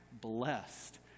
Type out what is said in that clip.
blessed